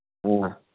ꯑꯥ